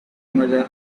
mother